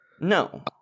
No